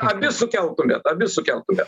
abi sukeltumėt abi sukeltumėt